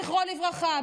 זכרו לברכה,